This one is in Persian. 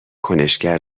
کنشگر